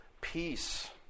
peace